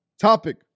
Topic